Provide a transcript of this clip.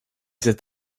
cet